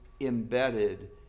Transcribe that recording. embedded